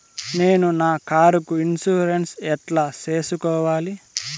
నేను నా కారుకు ఇన్సూరెన్సు ఎట్లా సేసుకోవాలి